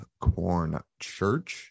CORNCHURCH